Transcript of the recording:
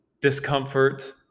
discomfort